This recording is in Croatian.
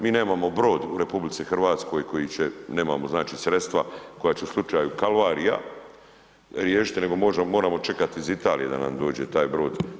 Mi nemamo brod u RH koji će, nemamo znači sredstava koja će u slučaju kalvarija riješiti nego moramo čekati iz Italije da nam dođe taj brod.